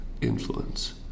influence